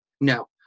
No